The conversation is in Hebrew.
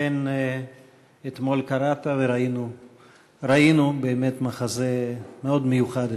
אכןף אתמול קראת וראינו מחזה מאוד מיוחד,